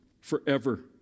forever